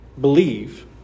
believe